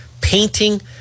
painting